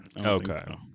Okay